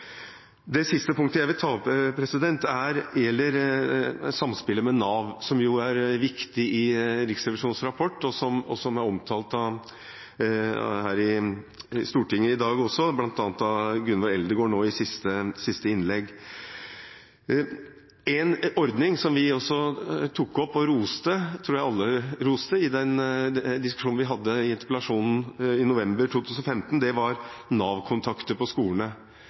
Det siste punktet jeg vil ta opp, gjelder samspillet med Nav, som er viktig i Riksrevisjonens rapport, og som ble omtalt i Stortinget i dag også, bl.a. av Gunvor Eldegard nå i siste innlegg. En ordning som vi tok opp og roste – som jeg tror alle roste – under diskusjonen vi hadde i interpellasjonen i november 2015, var Nav-kontakter på skolene,